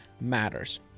matters